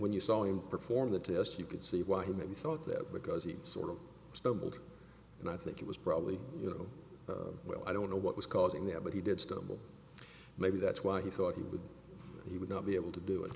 when you saw him perform the test you could see why he maybe thought that because he sort of stumbled and i think it was probably you know well i don't know what was causing that but he did stumble maybe that's why he thought he would he would not be able to do it